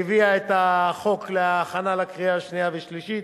והביאה את החוק להכנה לקריאה שנייה ושלישית.